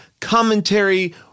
commentary